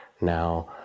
now